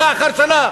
שנה אחר שנה.